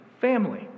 family